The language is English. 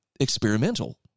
experimental